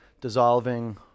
dissolving